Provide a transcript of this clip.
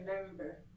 remember